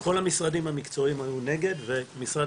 כל המשרדים המקצועיים היו נגד ומשרד